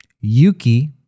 Yuki